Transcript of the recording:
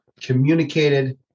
communicated